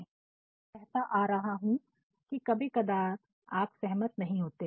क्योंकि मैं कहता आ रहा हूं कि कभी कदार आप सहमत नहीं होते